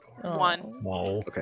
one